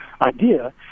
idea